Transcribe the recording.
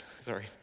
Sorry